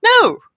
No